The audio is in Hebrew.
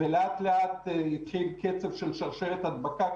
ולאט-לאט התחיל קצב של שרשרת ההדבקה.